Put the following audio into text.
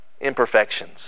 imperfections